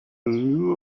new